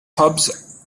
pubs